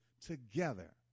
together